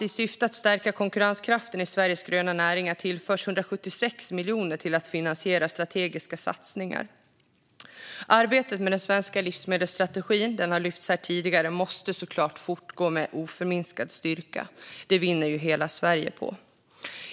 I syfte att stärka konkurrenskraften i Sveriges gröna näringar tillförs 176 miljoner till att finansiera strategiska satsningar. Arbetet med den svenska livsmedelsstrategin, som har lyfts här tidigare, måste såklart fortgå med oförminskad styrka. Det vinner hela Sverige på.